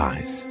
Eyes